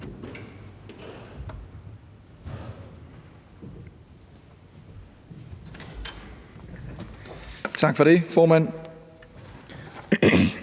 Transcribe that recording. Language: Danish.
Tak for det, formand,